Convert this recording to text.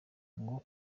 ngo